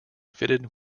fitted